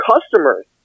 customers